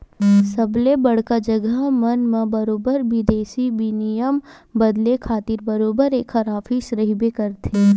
सबे बड़का जघा मन म बरोबर बिदेसी बिनिमय बदले खातिर बरोबर ऐखर ऑफिस रहिबे करथे